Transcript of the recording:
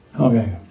Okay